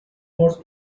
words